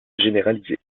généralisé